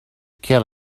kill